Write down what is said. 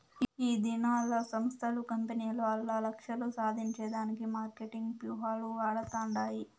ఈదినాల్ల సంస్థలు, కంపెనీలు ఆల్ల లక్ష్యాలు సాధించే దానికి మార్కెటింగ్ వ్యూహాలు వాడతండాయి